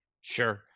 Sure